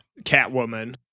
Catwoman